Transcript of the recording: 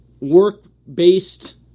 work-based